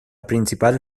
principal